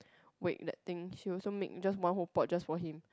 wait that thing she also make just one whole pot just for him